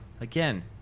again